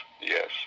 yes